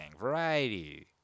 variety